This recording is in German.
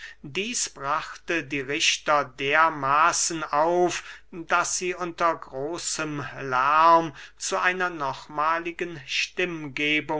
dieß brachte die richter dermaßen auf daß sie unter großem lärm zu einer nochmahligen